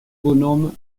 bonhomme